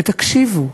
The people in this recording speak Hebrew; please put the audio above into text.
תקשיבו,